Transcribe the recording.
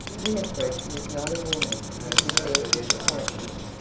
winifred was not a woman who could bear disappointment.